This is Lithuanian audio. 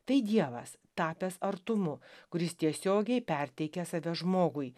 tai dievas tapęs artumu kuris tiesiogiai perteikia save žmogui